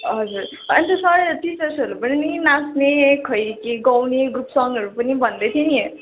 हजुर अन्त सर टिचर्सहरू पनि नि नाच्ने खै के गाउने ग्रुप सङहरू पनि भन्दै थियो नि